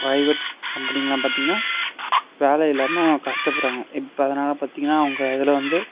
private கம்பெனிங்கெலாம் பார்த்தீங்கன்னா வேலை இல்லாமல் கஷ்டப்படுகிறாங்க இப்போ அதனால் பார்த்தீங்கன்னா அவங்க இதில் வந்து